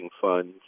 funds